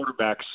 quarterbacks